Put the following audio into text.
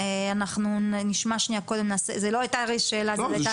אנחנו נשמע זו לא הייתה שאלה, זו הייתה הערה.